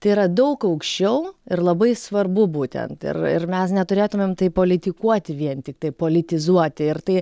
tai yra daug aukščiau ir labai svarbu būtent ir ir mes neturėtumėm taip politikuoti vien tiktai politizuoti ir tai